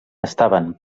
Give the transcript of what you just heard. estaven